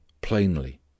plainly